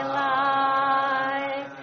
life